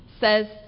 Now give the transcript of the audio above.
says